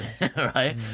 Right